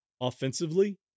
offensively